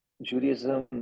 Judaism